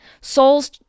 Souls